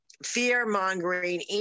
fear-mongering